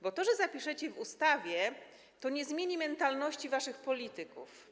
Bo to, że zapiszecie w ustawie, to nie zmieni mentalności waszych polityków.